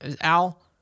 Al